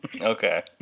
Okay